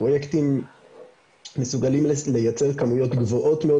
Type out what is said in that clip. פרוייקטים שמסוגלים לייצר כמויות גדולות מאוד